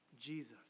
Jesus